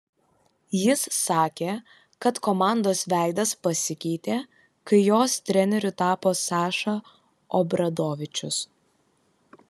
jis sakė kad komandos veidas pasikeitė kai jos treneriu tapo saša obradovičius